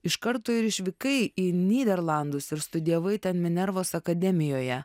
iš karto ir išvykai į nyderlandus ir studijavai minervos akademijoje